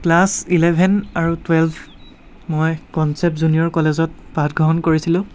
class eleven আৰু twelve মই concept junior কলেজত পাঠ গ্ৰহণ কৰিছিলোঁ